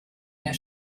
mehr